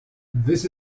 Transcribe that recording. this